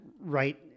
right